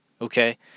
Okay